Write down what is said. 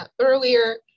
earlier